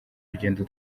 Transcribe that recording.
urugendo